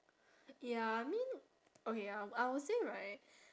ya I mean okay ya I would say right